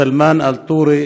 סלמאן אלטורי,